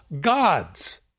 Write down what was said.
gods